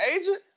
agent